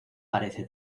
parece